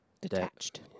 detached